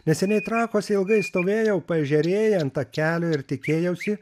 neseniai trakuose ilgai stovėjau paežerėje ant takelio ir tikėjausi